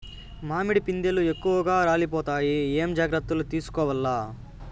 మామిడి పిందెలు ఎక్కువగా రాలిపోతాయి ఏమేం జాగ్రత్తలు తీసుకోవల్ల?